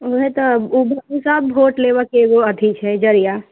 वएह तऽ ओ साफ वोट लेबैके एगो अथी छै जरिया